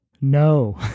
no